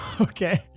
Okay